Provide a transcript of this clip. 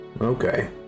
Okay